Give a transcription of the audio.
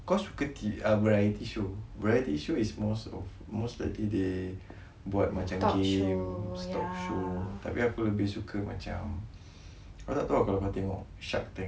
kau suka variety show variety show is most likely buat macam games talkshow api aku lebih suka macam aku tak tahu ah kalau kau tengok shark tank